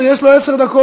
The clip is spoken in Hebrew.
בסדר, יש לו עשר דקות.